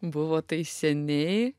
buvo tai seniai